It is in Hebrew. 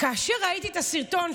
כאשר ראיתי את הסרטון,